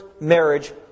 marriage